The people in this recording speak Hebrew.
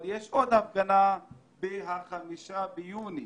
אבל יש עוד הפגנה ב-5 ביוני